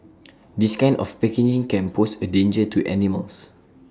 this kind of packaging can pose A danger to animals